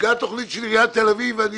הוצגה תוכנית של עיריית תל אביב ואני